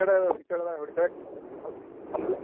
ಹೊಡಿತೈತೆ ಹೌದು ಹಂಪ್ಲೆ